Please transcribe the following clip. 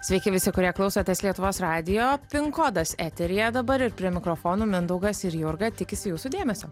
sveiki visi kurie klausotės lietuvos radijo pin kodas eteryje dabar ir prie mikrofonų mindaugas ir jurga tikisi jūsų dėmesio